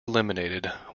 eliminated